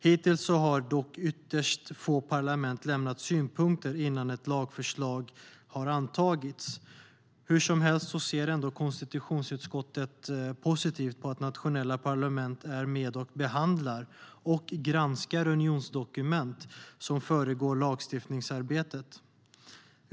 Hittills har dock ytterst få parlament lämnat synpunkter innan ett lagförslag har antagits. Hur som helst ser konstitutionsutskottet positivt på att nationella parlament är med och behandlar och granskar unionsdokument som föregår lagstiftningsarbetet.